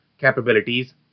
capabilities